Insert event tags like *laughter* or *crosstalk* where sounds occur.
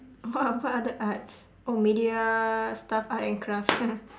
*laughs* what other arts oh media stuff arts and crafts *laughs*